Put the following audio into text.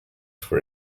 for